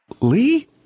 Lee